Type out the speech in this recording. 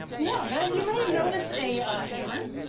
yeah like as you might've noticed a hammer,